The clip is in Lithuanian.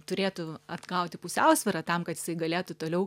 turėtų atgauti pusiausvyrą tam kad jisai galėtų toliau